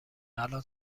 الان